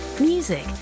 Music